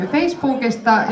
Facebookista